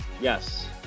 Yes